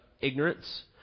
ignorance